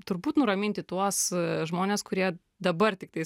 turbūt nuraminti tuos žmones kurie dabar tiktais